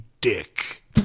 Dick